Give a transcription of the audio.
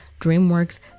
DreamWorks